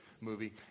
movie